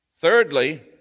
Thirdly